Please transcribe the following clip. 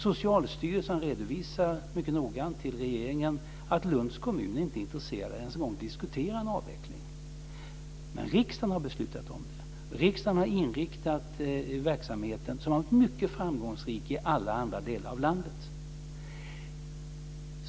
Socialstyrelsen redovisar mycket noggrant till regeringen att Lunds kommun inte ens är intresserad av att diskutera en avveckling. Men riksdagen har beslutat om inriktningen av verksamheten, som har varit mycket framgångsrik i alla andra delar av landet.